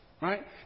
right